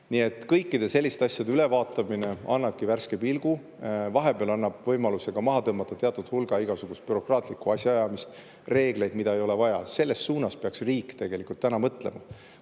kõikide selliste asjade ülevaatamine värske pilguga annab võimaluse maha tõmmata teatud hulga igasugust bürokraatlikku asjaajamist ja reegleid, mida ei ole vaja. Selles suunas peaks riik tegelikult täna mõtlema.